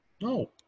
No